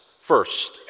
First